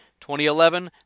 2011